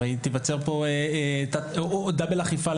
הרי תיווצר בו דאבל אכיפה,